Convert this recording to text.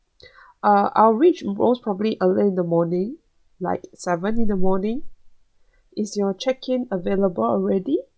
uh I will reach most probably early in the morning like seven in the morning is your check-in available already